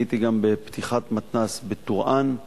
אני הייתי גם בפתיחת מתנ"ס בטורעאן.